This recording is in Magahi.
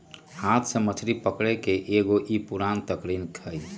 हाथ से मछरी पकड़े के एगो ई पुरान तरीका हई